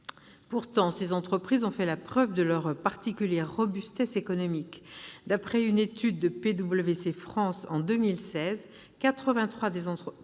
Pourtant, ces entreprises ont fait la preuve de leur particulière robustesse économique. D'après une étude de PwC France, en 2016, quelque 83 % des entreprises